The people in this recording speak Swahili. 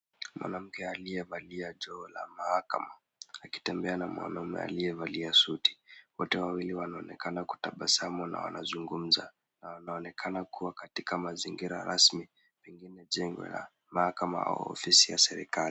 Mwanamke aliyevalia joho la mahakama akitembea na mwanamume aliyevalia suti. Wote wawili wanaonekana kutabasamu na wanazungumza na wanaonekana kuwa katika mazingira rasmi pengine jengo la mahakama au ofisi ya serikali.